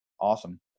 Awesome